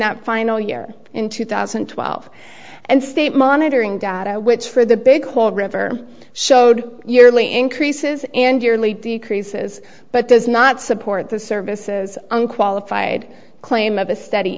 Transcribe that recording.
that final year in two thousand and twelve and state monitoring data which for the big horn river showed yearly increases and yearly decreases but does not support the services unqualified claim of a steady